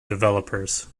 developers